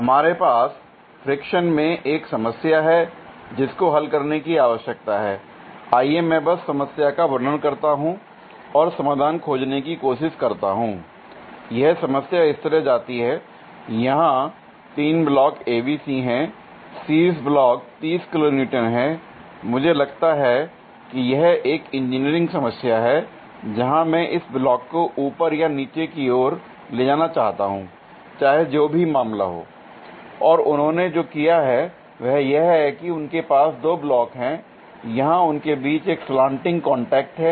हमारे पास फ्रिक्शन में एक समस्या है जिसको हल करने की आवश्यकता है l आइए मैं बस समस्या का वर्णन करता हूं और समाधान खोजने की कोशिश करता हूं l यह समस्या इस तरह जाती है यहां 3 ब्लॉक A B C हैं l शीर्ष ब्लॉक 30 किलो न्यूटन है मुझे लगता है कि यह एक इंजीनियरिंग समस्या है जहां मैं इस ब्लॉक को ऊपर या नीचे की ओर ले जाना चाहता हूंचाहे जो भी मामला हो l और उन्होंने जो किया है वह यह है कि उनके पास दो ब्लॉक हैं यहां उनके बीच एक स्लान्टिंग कॉन्टैक्ट हैं